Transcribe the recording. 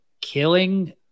killing